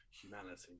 humanity